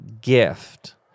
gift